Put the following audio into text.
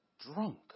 drunk